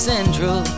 Central